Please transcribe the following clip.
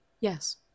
Yes